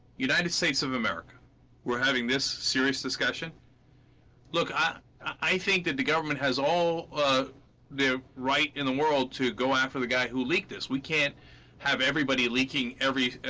united states of america we're having this serious discussion look at i think that the government has all ah. their right in the world to go out for the guy who leaked this weekend have everybody leaking every